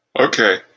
Okay